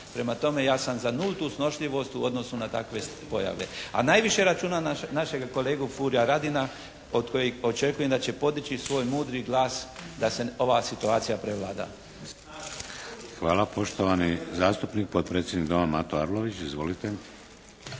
Prema tome, ja sam za nultu snošljivost u odnosu na takve pojave. A najviše računam na našega kolegu Furija Radina od kojeg očekujem da će podići svoj mudri glas da se ova situacija prevlada. **Šeks, Vladimir (HDZ)** Hvala. Poštovani zastupnik potpredsjednik Doma Mato Arlović. Izvolite!